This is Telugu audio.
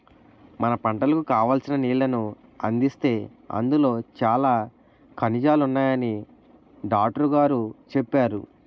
మన పంటలకు కావాల్సిన నీళ్ళను అందిస్తే అందులో చాలా ఖనిజాలున్నాయని డాట్రుగోరు చెప్పేరు